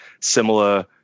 similar